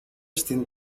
στην